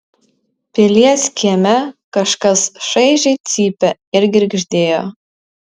pilies kieme kažkas šaižiai cypė ir girgždėjo